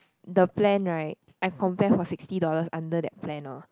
the plan right I compare for sixty dollars under that plan orh